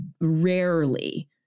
rarely